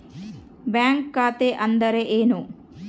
Bank ಖಾತೆ ಅಂದರೆ ಏನು?